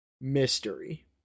Mystery